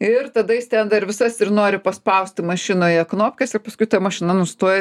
ir tada jis ten dar visas ir nori paspausti mašinoje knopkes ir paskui ta mašina nustoja